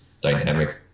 dynamic